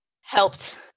helped